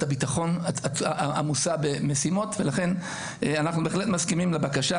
הביטחון עמוסה במשימות ולכן אנחנו בהחלט מסכימים לבקשה